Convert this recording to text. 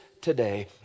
today